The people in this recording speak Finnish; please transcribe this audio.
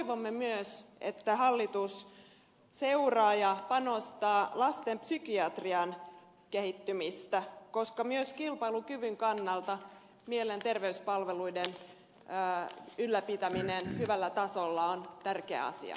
mutta toivomme myös että hallitus seuraa ja panostaa lasten psykiatrian kehittymiseen koska myös kilpailukyvyn kannalta mielenterveyspalveluiden ylläpitäminen hyvällä tasolla on tärkeä asia